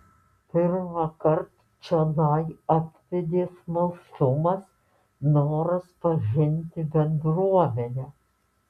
pirmąkart čionai atvedė smalsumas noras pažinti bendruomenę